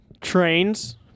trains